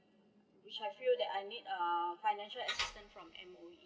which I feel that I need uh financial assitance from M_O_E